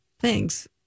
Thanks